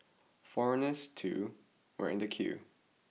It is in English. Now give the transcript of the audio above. foreigners too were in the queue